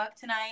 tonight